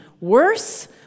Worse